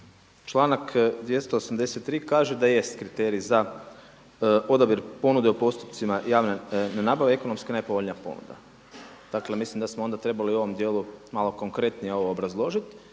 članak 283. kaže da jest kriterij za odabir ponude u postupcima javne nabave ekonomski najpovoljnija ponuda. Dakle, mislim da smo onda trebali u ovom dijelu malo konkretnije ovo obrazložiti